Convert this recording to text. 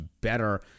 better